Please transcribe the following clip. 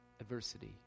adversity